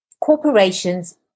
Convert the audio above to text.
corporations